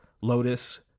Lotus